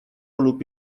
lub